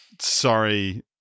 sorry